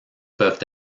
peuvent